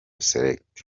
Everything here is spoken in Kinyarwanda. select